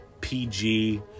pg